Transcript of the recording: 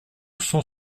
cent